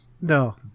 No